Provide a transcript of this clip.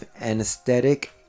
anesthetic